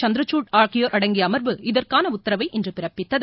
சந்திரசூட் அடங்கிய அமர்வு இதற்கான உத்தரவை இன்று பிறப்பித்தது